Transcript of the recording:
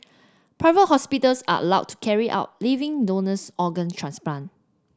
private hospitals are allowed to carry out living donors organ transplant